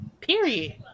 Period